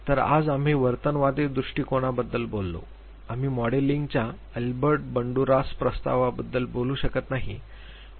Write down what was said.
तर आज आम्ही वर्तनवादी दृष्टिकोनाबद्दल बोललो आम्ही मॉडेलिंगच्या अल्बर्ट बंडुरास प्रस्तावाबद्दल बोलू शकत नाही